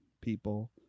people